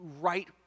right